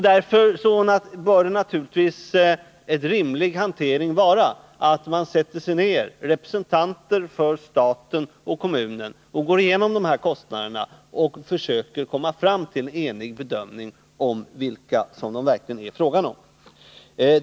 Därför bör en rimlig hantering naturligtvis vara att representanter för staten och för kommunen sätter sig ner och går igenom kostnaderna och försöker komma fram till en enig bedömning om vilka kostnader det verkligen är fråga om.